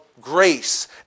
grace